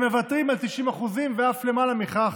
הם מוותרים על 90% ואף למעלה מכך,